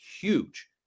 huge